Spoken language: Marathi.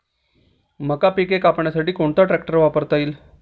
मका पिके कापण्यासाठी कोणता ट्रॅक्टर वापरता येईल?